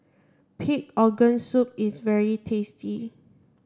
pig organ soup is very tasty